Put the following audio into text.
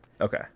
Okay